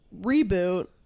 reboot